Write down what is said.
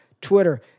Twitter